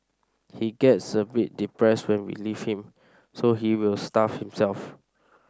he gets a bit depressed when we leave him so he will starve himself